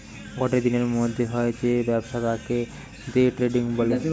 গটে দিনের মধ্যে হয় যে ব্যবসা তাকে দে ট্রেডিং বলে